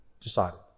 decided